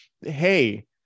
hey